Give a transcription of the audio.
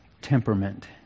temperament